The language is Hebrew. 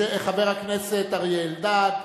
חבר הכנסת אריה אלדד,